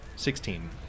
Sixteen